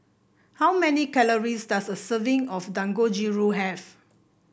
how many calories does a serving of Dangojiru have